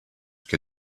que